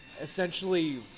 Essentially